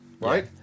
right